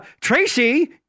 tracy